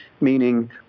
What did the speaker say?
meaning